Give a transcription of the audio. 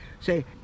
say